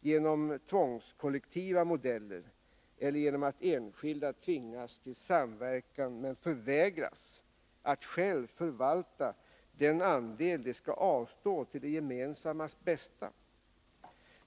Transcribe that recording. genom tvångskollektiva modeller eller genom att enskilda tvingas till samverkan men förvägras att själva förvalta den andel de skall avstå till det gemensammas bästa.